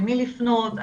למי לפנות,